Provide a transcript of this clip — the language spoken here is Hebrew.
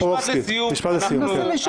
משפט לסיום, כן, אופיר.